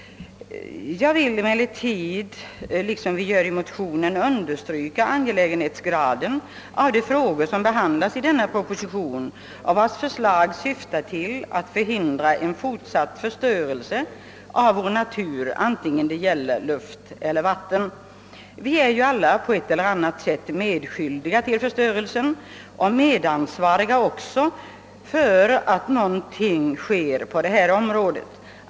— Jag vill emellertid, liksom vi gör i vår motion, understryka angelägenhetsgraden av de frågor som behandlas i propositionen; departementschefens förslag syftar ju till att förhindra en fortsatt förstörelse av vår natur vare sig det gäller luft eller vatten. Vi är alla på ett eller annat sätt medskyldiga till förstörelsen och medansvariga för att någonting görs på området.